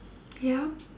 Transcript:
yup